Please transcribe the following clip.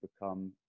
become